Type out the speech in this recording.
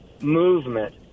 movement